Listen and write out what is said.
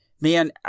man